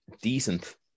decent